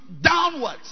downwards